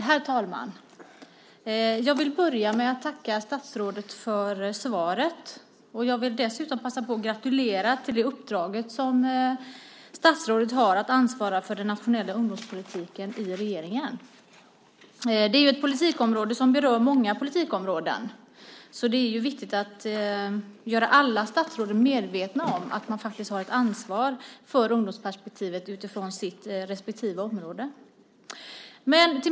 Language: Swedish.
Herr talman! Jag vill börja med att tacka statsrådet för svaret. Jag vill dessutom passa på att gratulera statsrådet till hennes uppdrag att ansvara för den nationella ungdomspolitiken i regeringen. Detta är ju ett område som berör många politikområden. Det är alltså viktigt att göra alla statsråd medvetna om att de faktiskt har ett ansvar för ungdomsperspektivet på sina respektive områden.